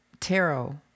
tarot